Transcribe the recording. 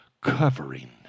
covering